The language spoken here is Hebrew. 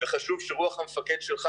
חשוב שרוח המפקד שלך,